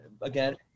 again